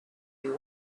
you